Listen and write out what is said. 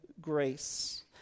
grace